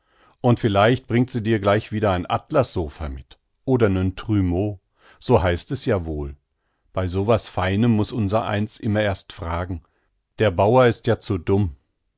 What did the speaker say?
und vielleicht bringt sie dir gleich wieder ein atlassopha mit oder nen trumeau so heißt es ja wohl bei so was feinem muß unserein immer erst fragen der bauer ist ja zu dumm